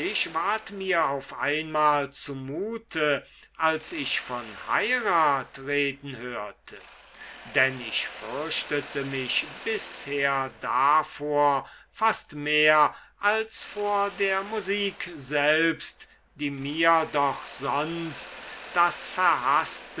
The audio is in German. ward mir auf einmal zumute als ich von heirat reden hörte denn ich fürchtete mich bisher davor fast mehr als vor der musik selbst die mir doch sonst das